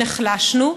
נחלשנו,